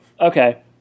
Okay